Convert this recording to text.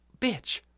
bitch